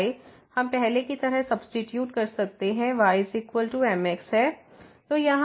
तो y हम पहले की तरह सब्सीट्यूट कर सकते हैं y mx है